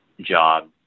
job